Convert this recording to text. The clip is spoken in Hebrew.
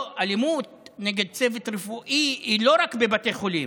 אלימות נגד צוות רפואי היא לא רק בבתי חולים,